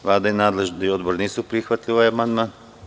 Vlada i nadležni odbor nisu prihvatili ovaj amandman.